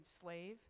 slave